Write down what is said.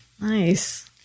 Nice